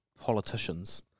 politicians